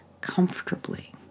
comfortably